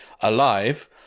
alive